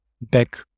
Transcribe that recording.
back